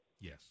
Yes